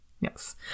Yes